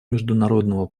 международного